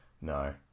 No